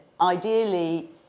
ideally